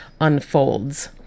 unfolds